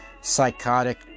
psychotic